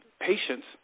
patients